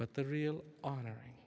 but the real honoring